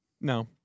No